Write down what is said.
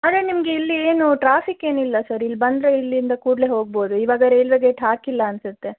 ಆದರೆ ನಿಮಗೆ ಇಲ್ಲಿ ಏನು ಟ್ರಾಫಿಕ್ ಏನಿಲ್ಲ ಸರ್ ಇಲ್ಲಿ ಬಂದರೆ ಇಲ್ಲಿಂದ ಕೊಡಲೇ ಹೋಗಬಹುದು ಇವಾಗ ರೈಲ್ವೆ ಗೇಟ್ ಹಾಕಿಲ್ಲ ಅನ್ಸತ್ತೆ